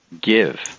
give